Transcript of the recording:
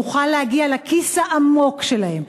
נוכל להגיע לכיס העמוק שלהם,